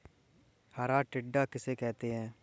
हरा टिड्डा किसे कहते हैं?